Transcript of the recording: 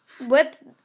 whip